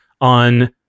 on